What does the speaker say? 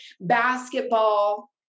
basketball